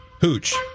Hooch